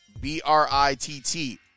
B-R-I-T-T